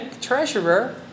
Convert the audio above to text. treasurer